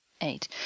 eight